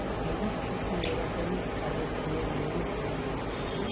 जैबिक खेती मे रासायनिक खादक प्रयोग नहि कएल जाइ छै